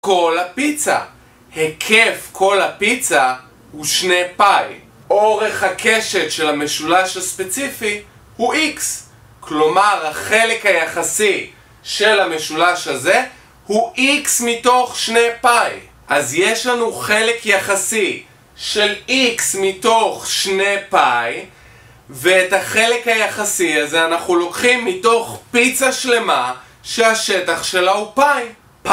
כל הפיצה, היקף כל הפיצה הוא 2 פאי אורך הקשת של המשולש הספציפי הוא איקס. כלומר, החלק היחסי של המשולש הזה הוא איקס מתוך 2 פאי אז יש לנו חלק יחסי של איקס מתוך 2 פאי ואת החלק היחסי הזה אנחנו לוקחים מתוך פיצה שלמה שהשטח שלה הוא פאי